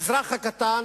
האזרח הקטן,